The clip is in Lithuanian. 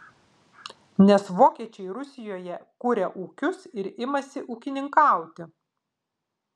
nes vokiečiai rusijoje kuria ūkius ir imasi ūkininkauti